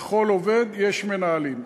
לכל עובד יש מנהלים,